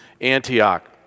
Antioch